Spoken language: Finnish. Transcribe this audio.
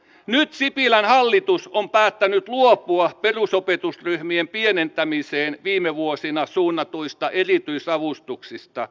nyt sipilän hallitus on päättänyt luopua perusopetusryhmien pienentämiseen viime vuosina suunnatuista erityisavustuksista